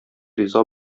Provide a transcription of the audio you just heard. риза